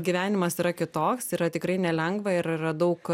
gyvenimas yra kitoks yra tikrai nelengva ir yra daug